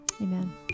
Amen